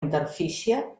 interfície